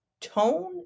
Tone